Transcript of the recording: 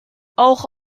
auch